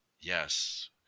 yes